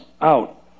out